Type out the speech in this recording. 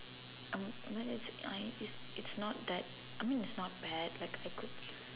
um I mean I'm not I is it like it's it's not that I mean it's not bad like it could be